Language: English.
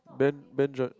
Ben Ben j~